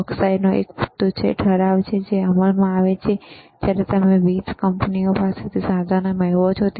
ચોકસાઈનો એક મુદ્દો છે ઠરાવ જે અમલમાં આવે છે જ્યારે તમે વિવિધ કંપનીઓ પાસેથી સાધનો મેળવો છો